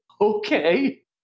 Okay